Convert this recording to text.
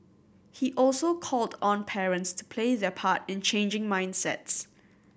he also called on parents to play their part in changing mindsets